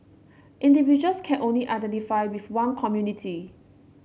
individuals can only identify with one community